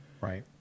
Right